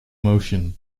motion